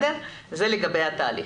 זה לגבי התהליך.